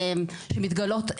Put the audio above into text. אני אתייחס.